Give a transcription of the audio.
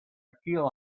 feel